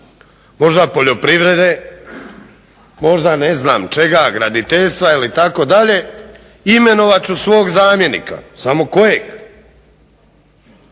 možda poljoprivrede, možda ne znam čega, graditeljstva itd., imenovat ću svog zamjenika samo kojeg.